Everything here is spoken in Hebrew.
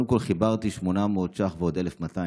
קודם כול חיברתי 800 ש"ח ועוד 1,200,